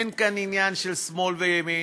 אין כאן עניין של שמאל וימין,